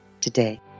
today